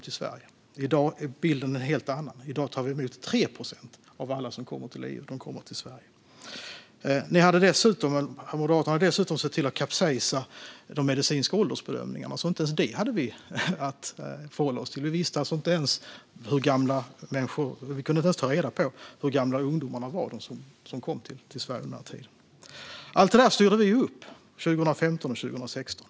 I dag är bilden en helt annan. I dag tar vi emot 3 procent av alla som kommer till EU. Moderaterna har dessutom sett till att kapsejsa de medicinska åldersbedömningarna. Därför hade vi inte ens det att förhålla oss till. Vi kunde alltså inte ens ta reda på hur gamla de ungdomar som kom till Sverige under denna tid var. Allt detta styrde vi upp 2015 och 2016.